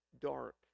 dark